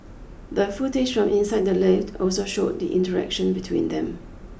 the footage from inside the lift also showed the interaction between them